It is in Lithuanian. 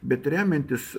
bet remiantis